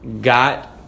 got